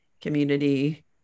community